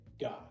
God